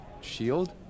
Shield